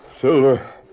Silver